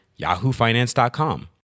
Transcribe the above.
yahoofinance.com